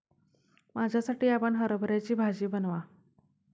माझ्यासाठी आपण हरभऱ्याची भाजी बनवा